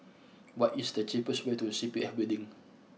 what is the cheapest way to C P F Building